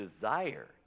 desire